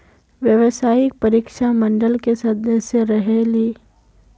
व्यावसायिक परीक्षा मंडल के सदस्य रहे ली?